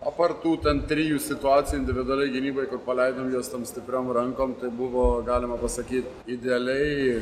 apart tų ten trijų situacijų individualiai gynyboj paleidom juos ten stipriom rankom tai buvo galima pasakyt idealiai